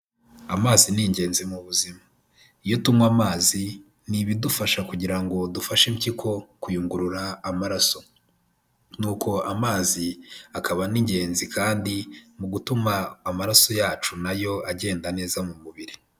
Amazi ni ingenzi mu buzima. Iyo tunywa amazi ni ibidufasha kugira ngo dufashe impyiko kuyungurura amaraso. Ni uko amazi akaba n'ingenzi kandi mu gutuma amaraso yacu na yo agenda neza mu mubiri.